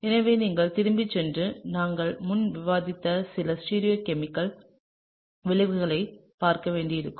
எனவே நீங்கள் திரும்பிச் சென்று நாங்கள் முன்பு விவாதித்த சில ஸ்டீரியோ கெமிக்கல் விளைவுகளைப் பார்க்க வேண்டியிருக்கும்